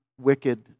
wicked